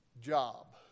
job